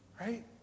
Right